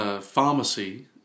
pharmacy